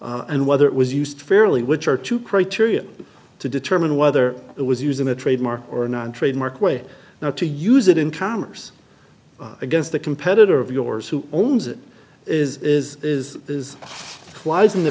and whether it was used fairly which are two criteria to determine whether it was using a trademark or not trademark way not to use it in commerce against the competitor of yours who owns it is is is is wise in the